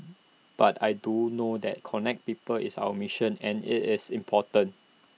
but I do know that connect people is our mission and IT is important